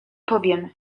powiem